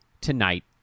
tonight